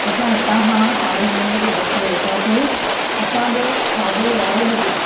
असां हिता खां साॾे नवे बस में वेठासीं असांजो साॾे यारहं बजे